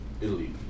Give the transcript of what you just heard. Italy